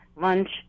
lunch